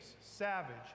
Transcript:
savage